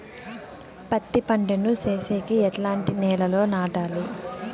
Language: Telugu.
పత్తి పంట ను సేసేకి ఎట్లాంటి నేలలో నాటాలి?